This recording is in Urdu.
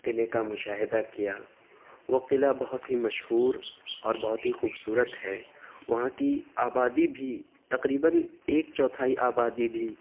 قلعے کا مشاہد کیا وہ قلعہ بہت ہی مشہور اور بہت ہی خوبصورت ہے وہاں کی آبادی بھی تقریباً ایک چوتھائی آبادی بھی